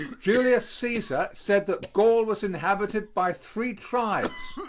julius caesar said that gaul was inhabited by three tribes,